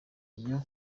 niyo